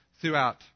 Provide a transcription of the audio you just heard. throughout